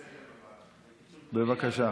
בבקשה.